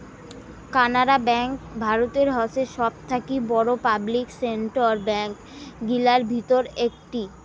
Canara bank ভারতের হসে সবথাকি বড়ো পাবলিক সেক্টর ব্যাঙ্ক গিলার ভিতর একটি